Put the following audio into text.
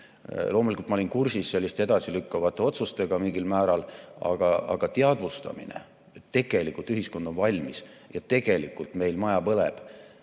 Loomulikult, ma olin kursis selliste edasilükkavate otsustega mingil määral, aga teadvustamine, et tegelikult ühiskond on valmis ja tegelikult meil maja põleb,